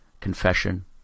confession